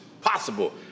possible